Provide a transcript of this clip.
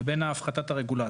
לבין הפחתת הרגולציה.